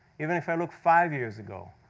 even if i look five years ago,